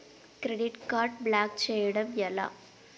Credit card block చేయడం ఎలా?